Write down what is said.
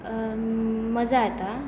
मजा येता